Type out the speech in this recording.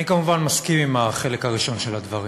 אני כמובן מסכים עם החלק הראשון של הדברים.